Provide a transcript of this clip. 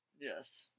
Yes